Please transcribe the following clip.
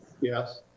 Yes